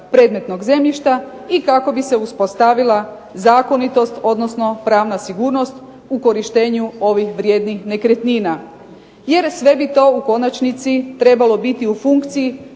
predmetnog zemljišta i kako bi se uspostavila zakonitost, odnosno pravna sigurnost u korištenju ovih vrijednih nekretnina. Jer sve bi to u konačnici trebalo biti u funkciji